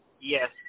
Yes